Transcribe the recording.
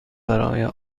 برای